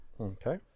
okay